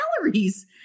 calories